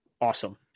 awesome